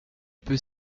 peut